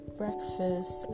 breakfast